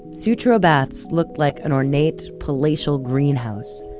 sutro baths looked like an ornate palatial greenhouse.